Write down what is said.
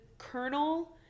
colonel